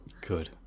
Good